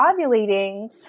ovulating